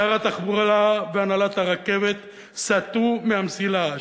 שר התחבורה והנהלת הרכבת סטו מהמסילה,